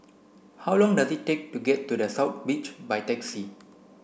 how long does it take to get to The South Beach by taxi